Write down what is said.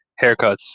haircuts